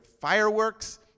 fireworks